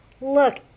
look